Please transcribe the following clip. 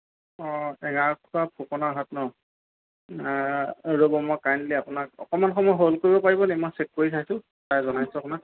অঁ এঙাৰখোৱা ফুকনৰ হাট ন ৰ'ব মই কাইণ্ডলি আপোনাক অকণমান সময় হ'ল্ড কৰিব পাৰিব নেকি মই চেক কৰি চাইছোঁ চাই জনাইছোঁ আপোনাক